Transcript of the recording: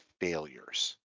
failures